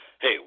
hey